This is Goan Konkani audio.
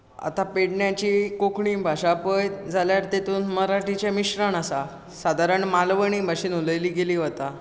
आतां पेडण्याची कोंकणी भाशा पय जाल्यार तेतूंत मराठीचें मिश्रण आसा सादारण मालवणी भाशेन उलयली गेली वता